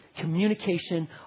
communication